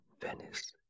Venice